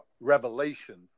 revelation